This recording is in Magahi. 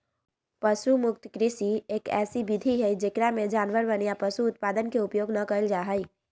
पशु मुक्त कृषि, एक ऐसी विधि हई जेकरा में जानवरवन या पशु उत्पादन के उपयोग ना कइल जाहई